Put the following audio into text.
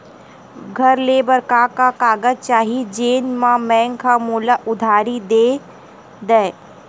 घर ले बर का का कागज चाही जेम मा बैंक हा मोला उधारी दे दय?